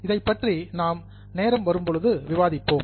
இதைப்பற்றி நாம் நேரம் வரும்போது விவாதிப்போம்